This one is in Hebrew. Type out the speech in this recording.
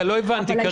לא הבנתי,